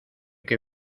qué